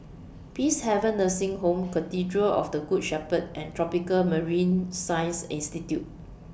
Peacehaven Nursing Home Cathedral of The Good Shepherd and Tropical Marine Science Institute